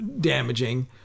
damaging